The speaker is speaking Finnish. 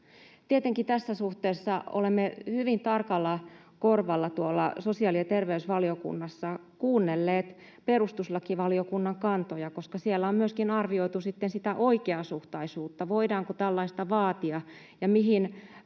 Tietenkin tässä suhteessa olemme hyvin tarkalla korvalla sosiaali- ja terveysvaliokunnassa kuunnelleet perustuslakivaliokunnan kantoja, koska siellä on myöskin arvioitu sitten sitä oikeasuhtaisuutta, sitä, voidaanko tällaista vaatia ja mihin